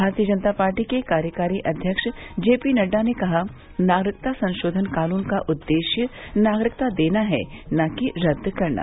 भारतीय जनता पार्टी के कार्यकारी अध्यक्ष जे पी नड्डा ने कहा नागरिकता संशोधन कानून का उद्देश्य नागरिकता देना है न कि रदद करना